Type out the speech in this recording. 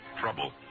trouble